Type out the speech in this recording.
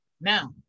Now